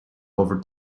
over